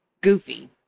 goofy